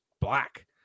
black